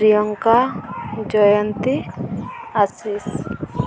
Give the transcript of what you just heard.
Priyanka Jayanti Ashish